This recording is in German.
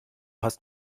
hast